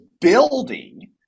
building